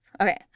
Okay